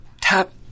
tap